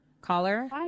caller